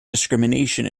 discrimination